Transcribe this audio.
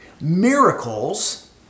Miracles